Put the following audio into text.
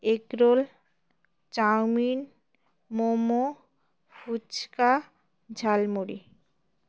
egg roll chow mein momo phuchka jhalmuri